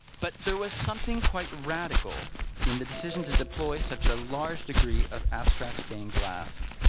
but there was something quite radical in the decision to deploy such a large degree of abstract stained glass.